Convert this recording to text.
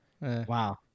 Wow